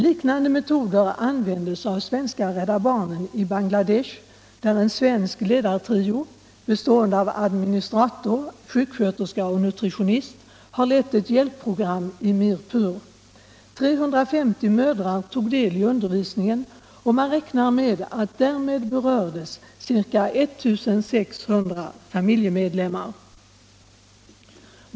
Liknande metoder användes av svenska Rädda Barnen i Bangladesh, där en svensk ledartrio — administrator, sjuksköterska och nutritionist - lett ett hjälpprogram i Mirpur. 350 mödrar tog del i undervisningen, och man räknar med att därmed berördes ca 1 600 familjemedlemmar.